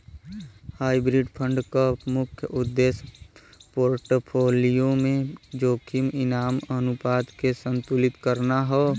hybrid fund क मुख्य उद्देश्य पोर्टफोलियो में जोखिम इनाम अनुपात के संतुलित करना हौ